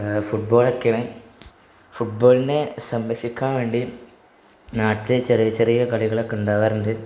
ഫുട്ബോളൊക്കെയാണ് football തന്നെ സംരക്ഷിക്കാൻ വേണ്ടി നാട്ടിൽ ചെറിയ ചെറിയ കളികളൊക്കെ ഉണ്ടാകാറുണ്ട്